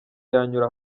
yanyura